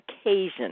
occasion